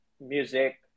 Music